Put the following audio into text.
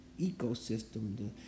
ecosystem